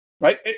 Right